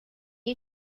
you